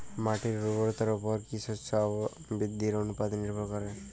মাটির উর্বরতার উপর কী শস্য বৃদ্ধির অনুপাত নির্ভর করে?